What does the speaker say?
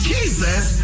Jesus